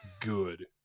good